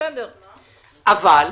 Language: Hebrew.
כאילו